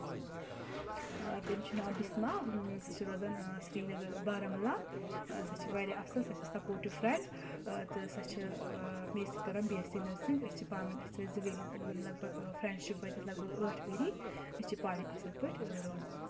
تٔمِس چھُ ناو بِسما سۄ چھےٚ روزان سری نگر بارہمولہ سۄ چھِ واریاہ اَصٕل سۄ چھےٚ سَپوٹِو فرٛؠنٛڈ تہٕ سۄ چھِ مے سۭتۍ کَران بی اؠس سی نَرسِنٛگ أسۍ چھِ پانہٕ ؤنۍ اَسہِ وٲتۍ زٕ ؤری لگ بگ فرٛؠنٛڈشِپ وٲتۍ اسہِ لگ بگ ٲٹھ ؤری أسۍ چھِ پانہٕ ؤنۍ اَصٕل پٲٹھۍ روزان